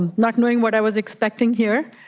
not knowing what i was expecting here,